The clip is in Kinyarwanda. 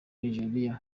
nigeriya